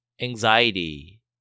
anxiety